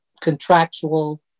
contractual